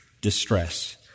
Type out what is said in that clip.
distress